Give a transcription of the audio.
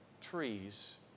trees